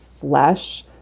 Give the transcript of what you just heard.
flesh